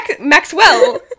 Maxwell